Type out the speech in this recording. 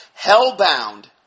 hell-bound